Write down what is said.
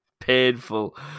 Painful